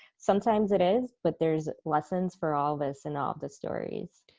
sometimes it is, but there's lessons for all of us in all of the stories.